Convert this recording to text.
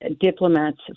diplomats